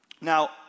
Now